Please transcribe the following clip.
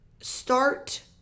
Start